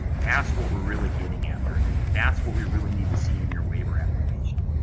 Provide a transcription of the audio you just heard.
that's what we're really getting after, and that's what we really need to see in your waiver application.